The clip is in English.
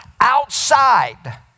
outside